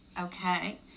okay